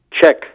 check